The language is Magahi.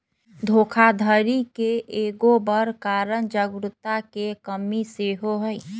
धोखाधड़ी के एगो बड़ कारण जागरूकता के कम्मि सेहो हइ